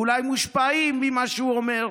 ואולי מושפעים ממה שהוא אומר.